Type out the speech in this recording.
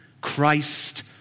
Christ